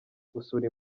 gusura